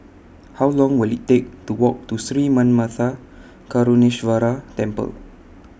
How Long Will IT Take to Walk to Sri Manmatha Karuneshvarar Temple